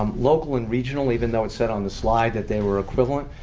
um local and regional, even though it said on the slide that they were equivalent,